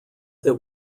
that